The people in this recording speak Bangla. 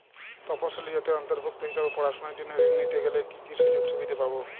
তফসিলি জাতির অন্তর্ভুক্ত হিসাবে পড়াশুনার জন্য ঋণ নিতে গেলে কী কী সুযোগ সুবিধে পাব?